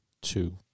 Two